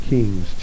Kings